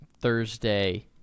Thursday